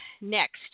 Next